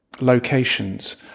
locations